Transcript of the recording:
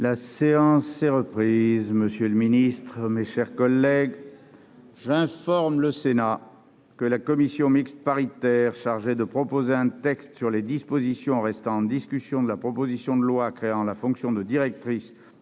La séance est suspendue. La séance est reprise. J'informe le Sénat que la commission mixte paritaire chargée de proposer un texte sur les dispositions restant en discussion de la proposition de loi créant la fonction de directrice